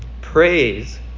praise